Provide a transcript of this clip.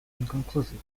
inconclusive